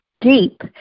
deep